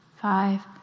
five